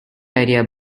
idea